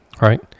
Right